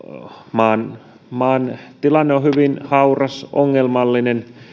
maan maan tilanne on hyvin hauras ja ongelmallinen